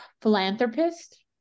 philanthropist